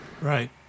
Right